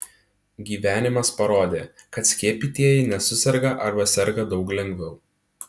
gyvenimas parodė kad skiepytieji nesuserga arba serga daug lengviau